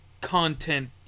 content